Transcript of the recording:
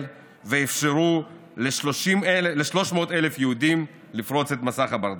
ואפשרו ל-300,000 יהודים לפרוץ את מסך הברזל.